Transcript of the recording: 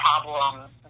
problem